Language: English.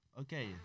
Okay